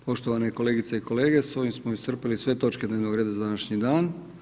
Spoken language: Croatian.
Poštovane kolegice i kolege, s ovim smo iscrpili sve točke dnevnog reda za današnji dan.